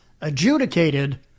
adjudicated